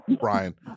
Brian